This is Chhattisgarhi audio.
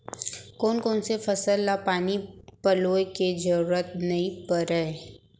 कोन कोन से फसल ला पानी पलोय के जरूरत नई परय?